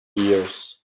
years